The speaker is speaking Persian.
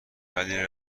ولی